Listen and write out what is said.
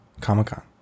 Comic-Con